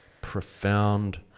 profound